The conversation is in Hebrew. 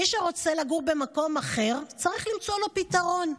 מי שרוצה לגור במקום אחר, צריך למצוא לו פתרון.